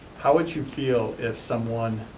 how would you feel if someone